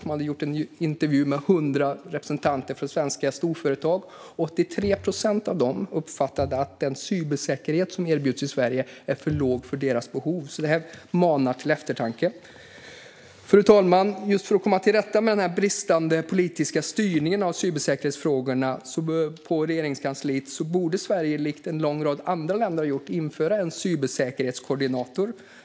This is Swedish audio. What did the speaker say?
De hade intervjuat hundra representanter för svenska storföretag. 83 procent av dem uppfattade att den cybersäkerhet som erbjuds i Sverige är för låg för deras behov. Det manar till eftertanke. Fru talman! Just för att komma till rätta med den bristande politiska styrningen av cybersäkerhetsfrågorna på Regeringskansliet borde Sverige, likt en lång rad andra länder har gjort, införa en cybersäkerhetskoordinator.